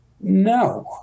no